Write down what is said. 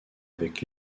avec